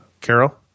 carol